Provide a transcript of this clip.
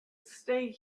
stay